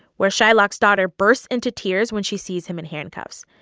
where shylock's daughter bursts into tears when she sees him in handcuffs.